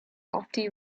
lofty